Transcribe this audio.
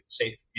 safe